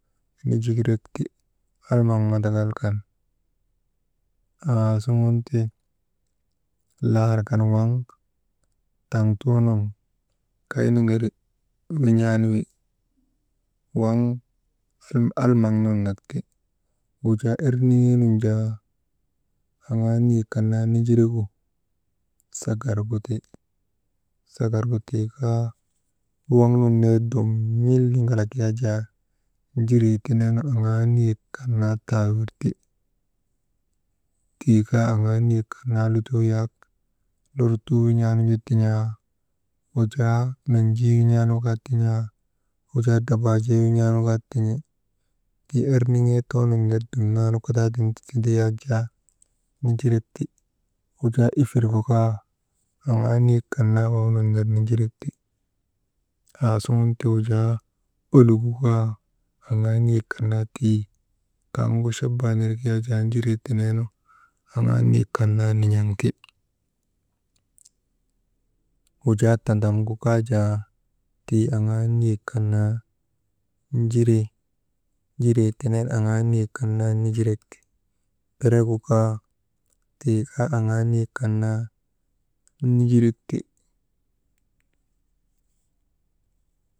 Nijirek ti almaŋ mandakal kan, aasuŋun laar kan waŋ taŋtuunun kaynu ŋeri win̰an wi, waŋ almaŋ nun nak ti. Wujaa erniŋee jaa aŋaa niyek kan naa nijiregu sagargu ti, sagargu tii kaa waŋ nun ner dum n̰iliŋalak yak jaa jiree teneenu aŋaa niyek kan naa tawir ti. Tii ka aŋaa niyek kan naa lutoo yaka lull tuu win̰aa nu ju tin̰aa, wujaa menjii win̰aa nu ju tin̰aa, wajaa drabaajee win̰aa nu kaa tin̰i. Tii erniŋee too nun ner duman kadaadii nun ti tindi yakjaa nijirek ti. Wujaa ifirgu kaa aŋaa niyek kan naa waŋ nun ner nijirek ti, aasuŋun tii wujaa olugu kaa aŋaa niyek kan naa tii kaŋgu chabaa nirek yak jaa njiree tenee nu aŋaa niyek kan naa nin̰aŋ ti, wujaa tandamgu kaa jaa aŋaa niyek kan naa nijire, njiree tenen aŋaa niyek kan naa nijirek ti, beregu kaa tii kaa aŋaa niyek kan naa nijirek ti.